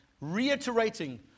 reiterating